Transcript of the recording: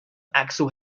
axel